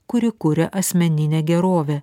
kuri kuria asmeninę gerovę